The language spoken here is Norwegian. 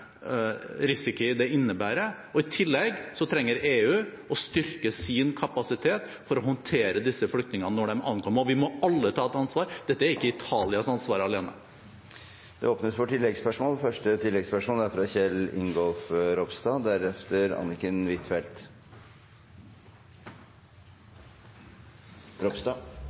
det innebærer. I tillegg trenger EU å styrke sin kapasitet for å håndtere disse flyktningene når de ankommer. Vi må alle ta et ansvar. Dette er ikke Italias ansvar alene. Det blir oppfølgingsspørsmål – først Kjell Ingolf Ropstad. Jeg vil også takke for svaret og et stort engasjement på feltet fra